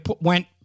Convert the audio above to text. went